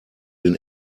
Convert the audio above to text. den